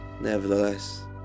Nevertheless